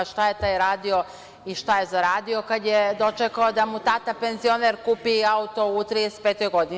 Šta je taj radio i šta je zaradio kada je dočekao da mu tata penzioner kupi auto u 35. godini?